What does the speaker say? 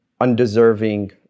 undeserving